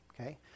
Okay